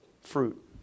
fruit